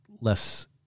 less